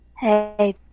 Hey